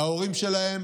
להורים שלהם